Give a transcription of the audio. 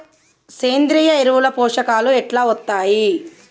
సేంద్రీయ ఎరువుల లో పోషకాలు ఎట్లా వత్తయ్?